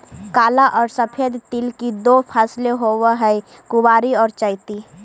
काला और सफेद तिल की दो फसलें होवअ हई कुवारी और चैती